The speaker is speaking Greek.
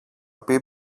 πει